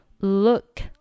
look